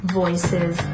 voices